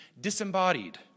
disembodied